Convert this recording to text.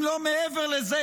אם לא מעבר לזה,